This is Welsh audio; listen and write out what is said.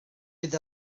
bydd